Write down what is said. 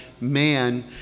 man